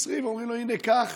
נוצרי ואומרים לו: קח